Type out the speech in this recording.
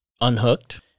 unhooked